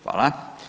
Hvala.